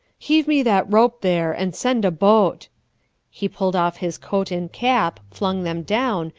heave me that rope, there, and send a boat he pulled off his coat and cap, flung them down,